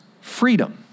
freedom